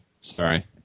Sorry